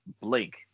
blank